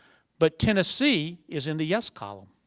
but tennessee is in the yes column.